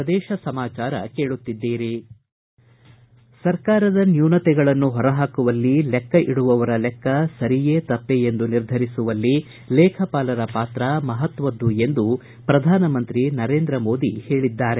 ಪ್ರದೇಶ ಸಮಾಚಾರ ಕೇಳುತ್ತಿದ್ದೀರಿ ಸರ್ಕಾರದ ನ್ಯೂನತೆಗಳನ್ನು ಹೊರಹಾಕುವಲ್ಲಿ ಲೆಕ್ಕ ಇಡುವವರ ಲೆಕ್ಕ ಸರಿಯೇ ತಪ್ಪೇ ಎಂದು ನಿರ್ಧರಿಸುವಲ್ಲಿ ಲೇಖಪಾಲರ ಪಾತ್ರ ಮಪತ್ತದ್ದು ಎಂದು ಪ್ರಧಾನಮಂತ್ರಿ ನರೇಂದ್ರ ಮೋದಿ ಹೇಳಿದ್ದಾರೆ